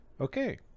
Okay